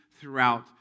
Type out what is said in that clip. throughout